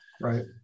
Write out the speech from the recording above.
right